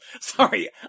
Sorry